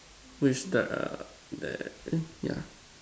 which there there yeah